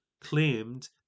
claimed